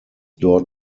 door